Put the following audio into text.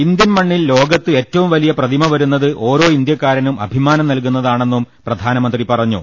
Indian മണ്ണിൽ ലോകത്ത് ഏറ്റവും വലിയ പ്രതിമ വരുന്നത് ഓരോ ഇന്ത്യക്കാരനും അഭി മാനം നൽകുന്നതാണെന്നും അദ്ദേഹം പറഞ്ഞു